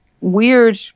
weird